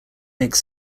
make